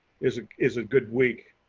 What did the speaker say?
is is a good week.